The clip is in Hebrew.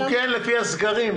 כן, לפי הסגרים.